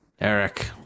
Eric